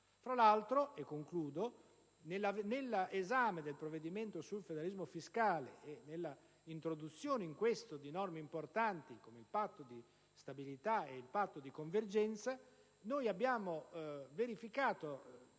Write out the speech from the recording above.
Fra l'altro, e concludo, nell'esame del provvedimento sul federalismo fiscale e nell'introduzione in questo di norme importanti come il patto di stabilità ed il patto di convergenza, abbiamo verificato